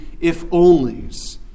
if-onlys